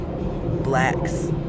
blacks